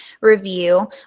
review